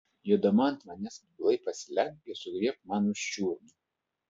jodama ant manęs atbulai pasilenk ir sugriebk man už čiurnų